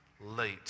late